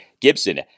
Gibson